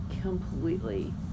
completely